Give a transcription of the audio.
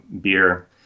beer